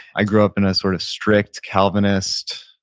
i grew up in a sort of strict, calvinist,